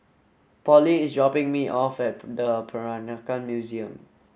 Pollie is dropping me off at Peranakan Museum